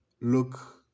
look